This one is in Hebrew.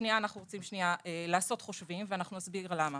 אנחנו רוצים שנייה לעשות חושבים ואנחנו נסביר למה.